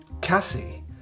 cassie